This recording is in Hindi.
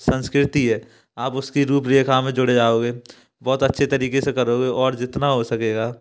संस्कृति है आप उसकी रूपरेखा में जुड़ जाओगे बहुत अच्छे तरीके से करोगे और जितना हो सकेगा